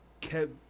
kept